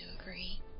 agree